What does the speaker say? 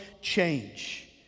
change